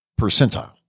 percentile